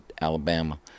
Alabama